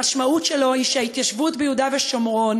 המשמעות שלו היא שההתיישבות ביהודה ושומרון